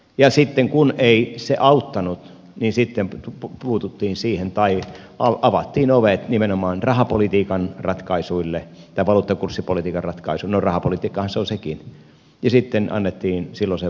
ja sitten kun ei se auttanut niin sitten tupo puututtiin siihen tai on avattiin ovet nimenomaan rahapolitiikan ratkaisuille ja valuuttakurssipolitiikan ratkaisuille no rahapolitiikkaahan se on sekin ja sitten annettiin silloisen valuutan devalvoitua